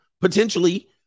potentially